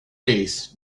days